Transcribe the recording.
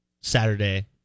Saturday